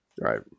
Right